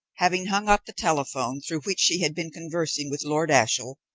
having hung up the telephone through which she had been conversing with lord ashiel,